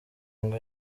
ngo